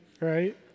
right